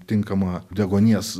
tinkamą deguonies